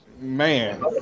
Man